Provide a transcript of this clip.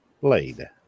blade